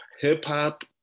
Hip-hop